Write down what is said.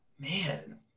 man